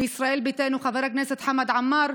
מישראל ביתנו חבר הכנסת חמד עמאר,